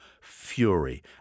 fury